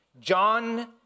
John